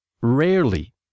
rarely